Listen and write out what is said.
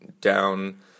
down